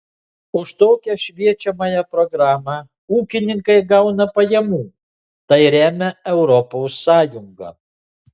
už tokią šviečiamąją programą ūkininkai gauna pajamų tai remia europos sąjunga